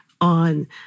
on